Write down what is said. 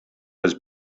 was